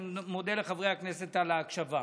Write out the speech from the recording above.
ואני מודה לחברי הכנסת על ההקשבה.